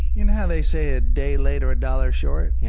you know how they say a day late or a dollar short? yeah